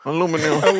Aluminum